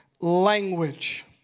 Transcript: language